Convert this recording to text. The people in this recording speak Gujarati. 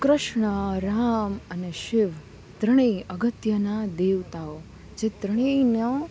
કૃષ્ણ રામ અને શિવ ત્રણેય અગત્યના દેવતાઓ જે ત્રણેયનો